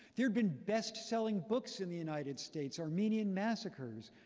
there had been bestselling books in the united states, armenian massacres,